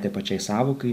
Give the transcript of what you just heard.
tai pačiai sąvokai